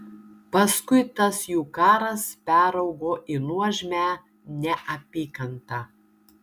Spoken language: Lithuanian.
paskui tas jų karas peraugo į nuožmią neapykantą